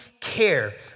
care